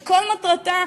שכל מטרתה,